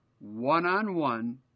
one-on-one